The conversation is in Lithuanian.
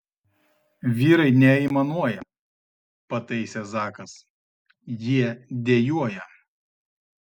vyrai neaimanuoja pataisė zakas jie dejuoja